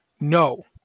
No